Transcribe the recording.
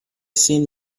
seen